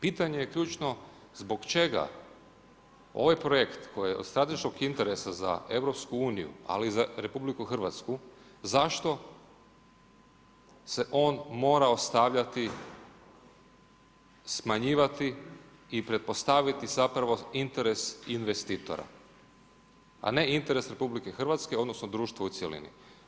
Pitanje je ključno, zbog čega ovaj projekt koji je od strateškog interesa za EU, ali i za RH zašto se on mora ostavljati smanjivati i pretpostaviti interes investitora, a ne interes RH odnosno društva u cjelini?